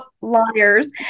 liars